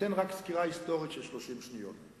אתן רק סקירה היסטורית של 30 שניות.